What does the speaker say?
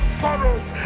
sorrows